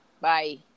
Bye